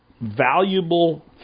valuable